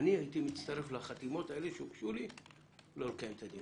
הייתי מצטרף לחתימות שהוגשו לי לא לקיים את הדיון.